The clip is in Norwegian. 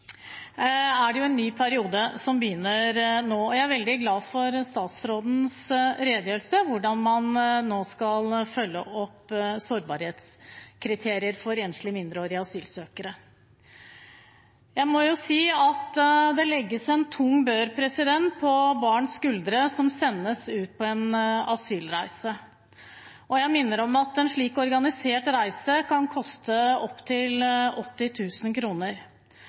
er sagt, er det en ny periode som begynner nå. Jeg er veldig glad for statsrådens redegjørelse om hvordan man nå skal følge opp sårbarhetskriterier for enslige mindreårige asylsøkere. Jeg må si at det legges en tung bør på barns skuldre når de sendes ut på en asylreise. Jeg minner om at en slik organisert reise kan koste opptil